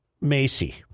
Macy